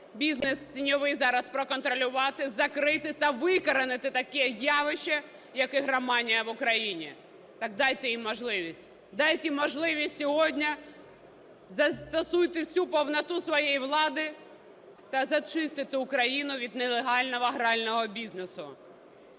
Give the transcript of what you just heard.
бізнес тіньовий зараз проконтролювати, закрити та викоренити таке явище, як ігроманія, в Україні. Так дайте їм можливість, дайте можливість сьогодні, застосуйте всю повноту своєї влади - та зачистіть Україну від нелегального грального бізнесу.